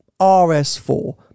RS4